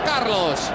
Carlos